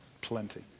plenty